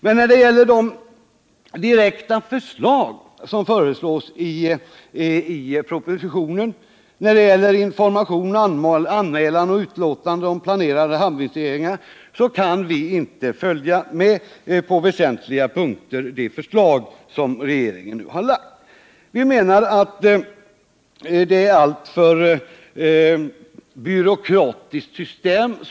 Men när det gäller de direkta förslag som läggs fram i propositionen beträffande information, anmälan och utlåtande om planerade hamninvesteringar kan vi på väsentliga punkter inte följa med. Enligt vår mening föreslås ett alltför byråkratiskt system.